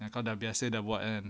ah kau dah biasa dah buat kan